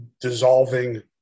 dissolving